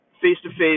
face-to-face